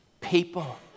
people